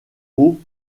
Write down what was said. eau